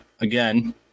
again